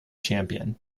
champion